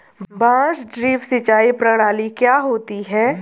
बांस ड्रिप सिंचाई प्रणाली क्या होती है?